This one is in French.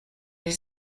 des